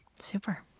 Super